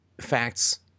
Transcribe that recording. facts